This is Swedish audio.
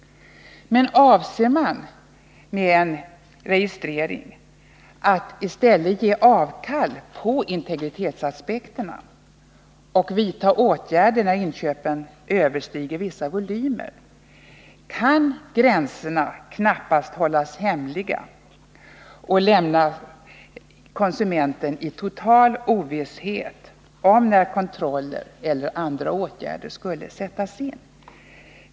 Men avser man i stället med en registrering att ge avkall på integritetsaspekterna och vidta åtgärder när inköpen överstiger vissa volymer, kan gränserna knappast hållas hemliga och konsumenten lämnas i total ovisshet om när kontroller eller andra åtgärder skall sättas in.